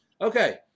Okay